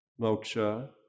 moksha